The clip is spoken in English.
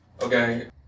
Okay